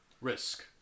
Risk